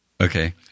Okay